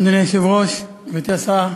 אדוני היושב-ראש, גברתי השרה,